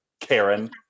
Karen